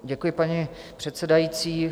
Děkuji, paní předsedající.